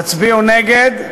תצביעו נגד,